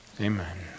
amen